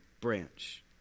branch